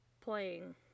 playing